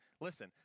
listen